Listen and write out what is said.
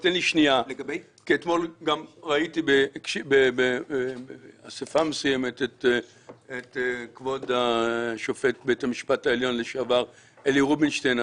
אתמול גם ראיתי באסיפה מסוימת את השופט לשעבר אלי רובינשטיין.